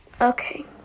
okay